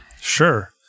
Sure